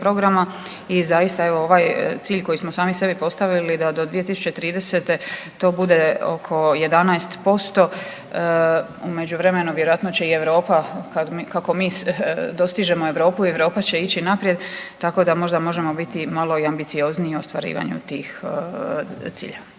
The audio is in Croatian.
i zaista evo ovaj cilj koji smo sami sebi postavili da do 2030. to bude oko 11%, u međuvremenu vjerojatno će i Europa, kako mi dostižemo Europu Europa će ići naprijed, tako da možda možemo biti malo i ambiciozniji u ostvarivanju tih ciljeva.